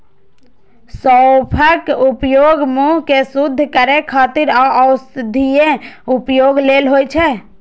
सौंफक उपयोग मुंह कें शुद्ध करै खातिर आ औषधीय उपयोग लेल होइ छै